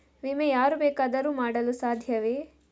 ವಿಮೆ ಯಾರು ಬೇಕಾದರೂ ಮಾಡಲು ಸಾಧ್ಯವೇ?